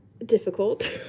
difficult